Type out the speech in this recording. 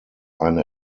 eine